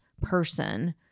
person